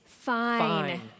Fine